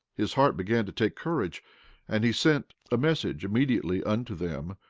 his heart began to take courage and he sent a message immediately unto them,